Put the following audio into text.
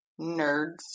nerds